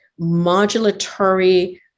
modulatory